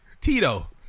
Tito